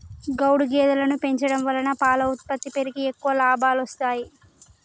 గౌడు గేదెలను పెంచడం వలన పాల ఉత్పత్తి పెరిగి ఎక్కువ లాభాలొస్తాయి